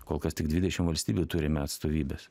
kol kas tik dvidešim valstybių turime atstovybes